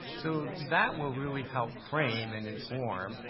so that will really help frame and inform,